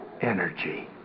energy